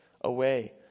away